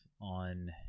on